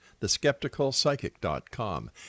theskepticalpsychic.com